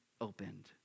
opened